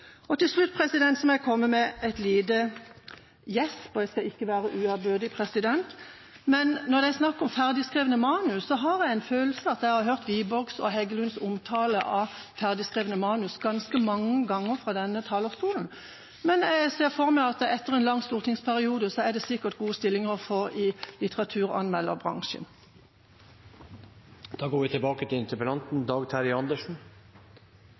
Til slutt må jeg komme med et lite gjesp: Jeg skal ikke være uærbødig, men når det er snakk om ferdigskrevne manus, har jeg en følelse av at jeg har hørt Wiborgs og Heggelunds omtale av ferdigskrevne manus ganske mange ganger fra denne talerstolen. Men jeg ser for meg at det etter en lang stortingsperiode sikkert er gode stillinger å få i litteraturanmelderbransjen. Takk for en god og bred debatt. Noe som er hovedpoenget – til